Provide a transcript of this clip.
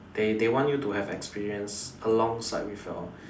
they they want you to have experience alongside with your